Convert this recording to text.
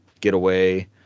Getaway